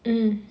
mm